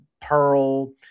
Pearl